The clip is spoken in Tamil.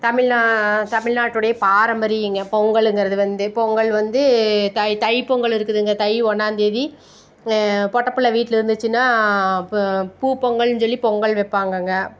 தமிழ்நா தமிழ்நாட்டுடைய பாரம்பரியம்ங்க பொங்கலுங்கிறது வந்து பொங்கல் வந்து தை தைப்பொங்கல் இருக்குதுங்க தை ஒன்றாந்தேதி பொட்டப்பிள்ள வீட்டில் இருந்துச்சுன்னா ப பூ பொங்கல்னு சொல்லி பொங்கல் வைப்பாங்கங்க